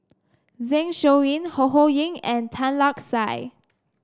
Zeng Shouyin Ho Ho Ying and Tan Lark Sye